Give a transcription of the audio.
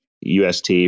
UST